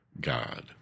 God